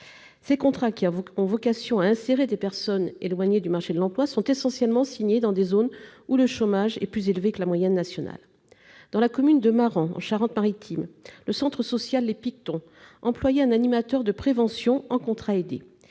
Ces contrats, qui ont vocation à permettre l'insertion de personnes éloignées du marché de l'emploi, sont essentiellement signés dans des zones où le chômage est plus élevé que la moyenne nationale. Dans la commune de Marans, en Charente-Maritime, le centre social Les Pictons employait en contrat aidé